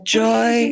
joy